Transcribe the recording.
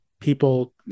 people